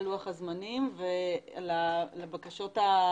מה לוח הזמנים, ולבקשות שמגיעות